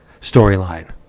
storyline